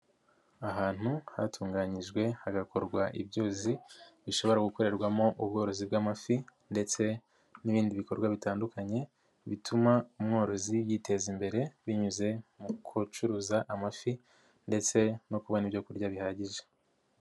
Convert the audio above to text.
Ahantu hatunganyijwe hagakorwa ibyuzi bishobora gukorerwamo ubworozi bw'amafi ndetse n'ibindi bikorwa bitandukanye bituma umworozi yiteza imbere binyuze mu gucuruza amafi ndetse no kubona ibyo kurya bihagije.